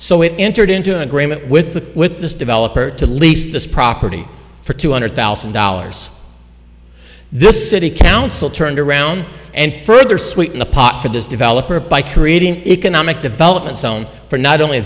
so it entered into an agreement with the with this developer to lease this property for two hundred thousand dollars the city council turned around and further sweeten the pot for this developer by creating economic development for not only